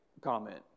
comment